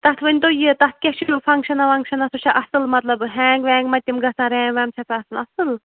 تَتھ ؤنۍ تَو یہِ تَتھ کیٛاہ چھِ فَنٛگشَن وَنٛگشَنہٕ سُہ چھا اَصٕل مطلب ہینگ وینگ ما تِم گژھان ریم ویم چھےٚ سا تَتھ اصٕل